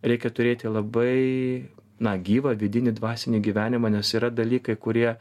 reikia turėti labai na gyvą vidinį dvasinį gyvenimą nes yra dalykai kurie